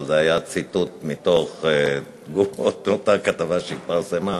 אבל זה היה ציטוט מאותה כתבה שהתפרסמה.